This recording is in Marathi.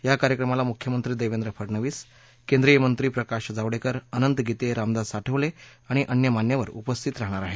या कार्यक्रमाला मृख्यमंत्री देवेंद्र फडणवीस केंद्रीय मंत्री प्रकाश जावडेकर अनंत गीते रामदास आठवले आणि अन्य मान्यवर उपस्थित राहणार आहेत